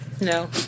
No